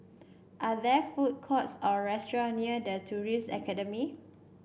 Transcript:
are there food courts or restaurant near The Tourism Academy